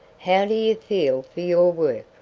how do you feel for your work?